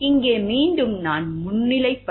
இங்கே மீண்டும் நான் முன்னிலைப்படுத்த விரும்புகிறேன்